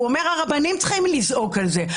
הוא אומר שהרבנים צריכים לזעוק על זה,